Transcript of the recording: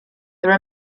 there